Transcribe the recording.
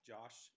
Josh